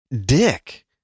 dick